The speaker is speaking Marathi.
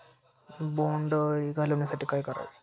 बोंडअळी घालवण्यासाठी काय करावे?